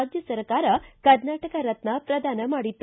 ರಾಜ್ಯ ಸರ್ಕಾರ ಕರ್ನಾಟಕ ರತ್ನ ಪ್ರದಾನ ಮಾಡಿತ್ತು